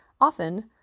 Often